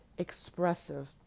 expressive